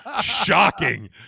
shocking